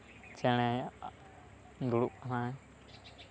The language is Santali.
ᱪᱮᱬᱮ ᱫᱩᱲᱩᱵ ᱠᱟᱱᱟᱭ